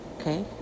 Okay